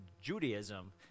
Judaism